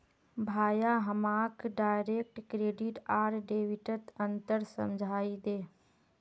भाया हमाक direct credit आर डेबिटत अंतर समझइ दे